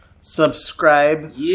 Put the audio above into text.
subscribe